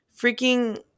freaking